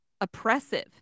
oppressive